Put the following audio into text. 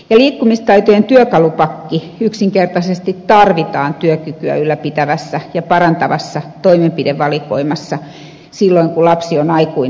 liikkumistaitojen työkalupakki yksinkertaisesti tarvitaan työkykyä ylläpitävässä ja parantavassa toimenpidevalikoimassa silloin kun lapsi on aikuinen ja niitä työkaluja tarvitsee